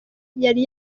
yari